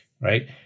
right